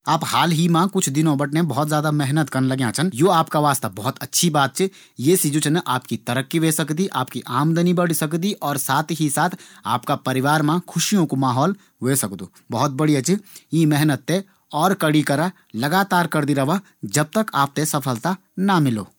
आप हाल ही मा कुछ दिनों से बहुत ज्यादा मेहनत करना लग्याँ छन। या आपका वास्ता बहुत अच्छी बात च। ये सी आपकी तरक्की व्हे सकदी और आपकी आमदनी बढ़ सकदी और साथ ही साथ आपका परिवार मा खुशियों कू माहौल ह्वे सकदु। बहुत बढ़िया च यीं मेहनत थें और कड़ी करा। लगातार करदी रावा ज़ब तक आप थें सफलता ना मिलो।